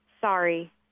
sorry